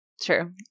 True